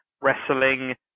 wrestling